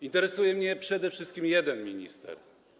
Interesuje mnie przede wszystkim jeden minister.